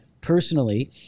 personally